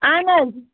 اَہَن حظ